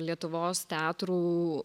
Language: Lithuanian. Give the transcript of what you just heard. lietuvos teatrų